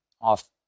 off